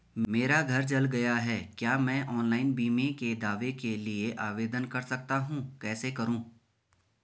मेरा घर जल गया है क्या मैं ऑनलाइन बीमे के दावे के लिए आवेदन कर सकता हूँ कैसे करूँ?